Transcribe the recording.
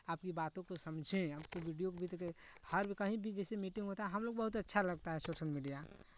आपकी बातों को समझें आपको वीडियो भी देखें हर कहीं भी जैसे मीटिंग होता है हम लोग बहुत अच्छा लगता है सोशल मीडिया